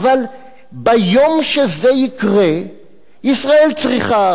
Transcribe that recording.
אבל ביום שזה יקרה ישראל צריכה,